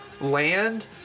land